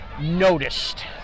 noticed